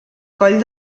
coll